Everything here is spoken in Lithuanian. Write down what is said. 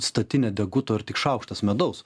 statinė deguto ir tik šaukštas medaus